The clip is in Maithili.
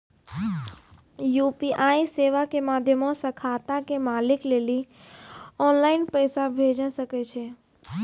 यू.पी.आई सेबा के माध्यमो से खाता के मालिक लेली आनलाइन पैसा भेजै सकै छो